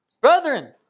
Brethren